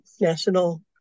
National